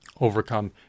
overcome